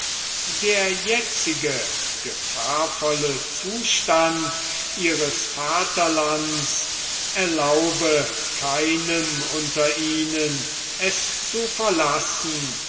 der jetzige gefahrvolle zustand ihres vaterlandes erlaube keinem unter ihnen es zu verlassen